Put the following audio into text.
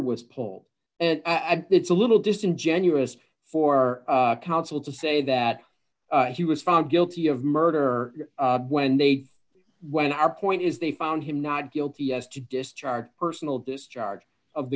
was pulled and it's a little disingenuous for counsel to say that he was found guilty of murder when they when our point is they found him not guilty yes to discharge personal discharge of the